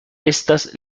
estas